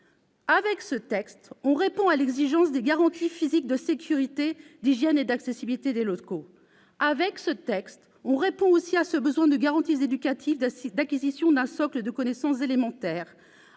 Avec ce texte, on répond à l'exigence des garanties physiques de sécurité, d'hygiène et d'accessibilité des locaux. Avec ce texte, on répond aussi au besoin de garanties éducatives d'acquisition d'un socle de connaissances élémentaires.